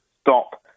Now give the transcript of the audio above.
stop